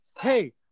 hey